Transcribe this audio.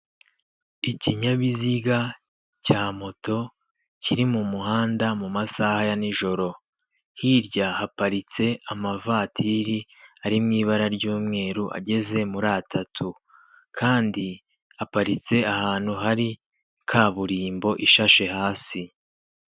Ikinyabiziga cya moto kiri mu muhanda mu masaha ya nijoro, hirya haparitse amavatiri ari mu ibara ry'umweru ageze muri atatu, kandi aparitse ahantu hari kaburimbo ishashe hasi.